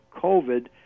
COVID